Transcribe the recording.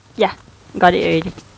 ya got it already